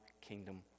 kingdom